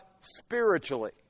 spiritually